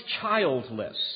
childless